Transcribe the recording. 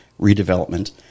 redevelopment